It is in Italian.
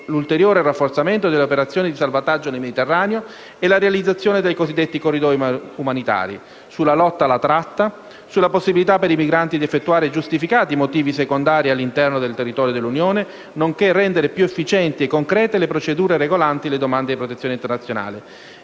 attraverso il rafforzamento delle operazioni di salvataggio nel Mediterraneo e la realizzazione dei cosiddetti corridoi umanitari; sulla lotta alla tratta, sulla possibilità per i migranti di effettuare giustificati movimenti secondari all'interno del territorio dell'Unione, nonché rendere più efficienti e concrete le procedure regolanti le domande di protezione internazionale.